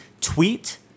Tweet